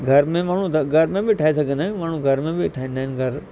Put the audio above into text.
घर में माण्हू त घर में बि ठाहे सघंदा आहियूं माण्हू घर में बि ठाहींदा आहिनि घरु